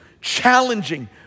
challenging